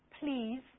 please